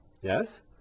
Yes